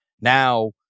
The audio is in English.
Now